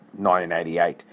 1988